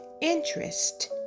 interest